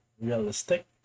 realistic